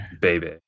baby